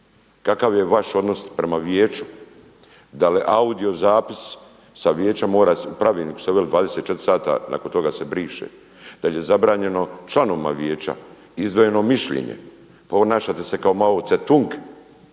Kakav je vaš odnos prema vijeću, da li audio zapis sa vijeća mora, …/Govornik se ne razumije./… 24h nakon toga se briše? Da li je zabranjeno članovima vijeća izdvojeno mišljenje. Ponašate se kao Mao Ce-tung,